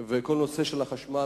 וכל הנושא של החשמל,